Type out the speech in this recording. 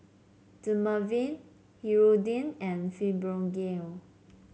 Dermaveen Hirudoid and Fibogel